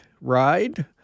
ride